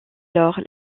lors